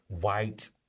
white